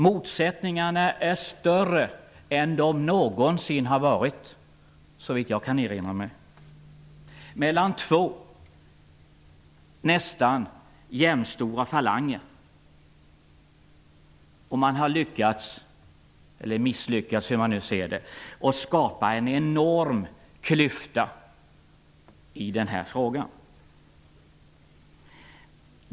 Motsättningarna är större än de någonsin har varit, såvitt jag kan erinra mig, mellan två nästan jämstora falanger. Man har lyckats eller misslyckats, beroende på hur man ser det, att skapa en enorm klyfta i denna fråga.